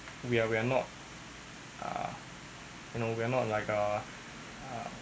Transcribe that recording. we are we're not uh you know we're not like err uh